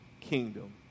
kingdom